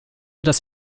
das